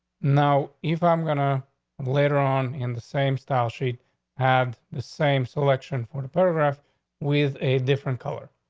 now, if i'm gonna later on in the same style sheet had the same selection for the paragraph with a different color,